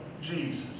Jesus